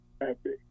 epic